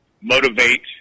motivate